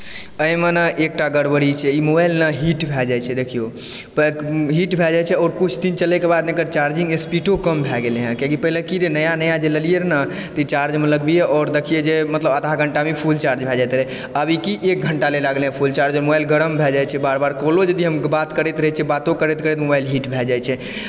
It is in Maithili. एहिमे न एकटा गड़बड़ी छै ई मोबाइल न हीट भए जाइत छै देखिऔ हीट भए जाइत छै आओर किछु दिन चलयके बाद न एकर चार्जिंग स्पीडो कम भए गेलय हन किआकि पहिले की रहै नया नया जे लेलियै न त चार्जमे लगबियै आओर देखियै जे मतलब आधा घण्टामे फुल चार्ज भए जाइत रहै आब ई की एक घण्टा लिअ लागलै फुल चार्ज होइमे मोबाइल गरम भए जाइ छै बार बार कॉलो यदि हम बात करैत रहै छियै बातो करैत करैत मोबाइल हीट भए जाइत छै